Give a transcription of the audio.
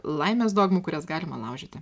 laimės dogmų kurias galima laužyti